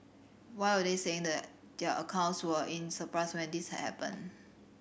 why were they saying that their accounts were in surplus when this had happened